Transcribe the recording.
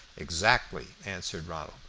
exactly, answered ronald.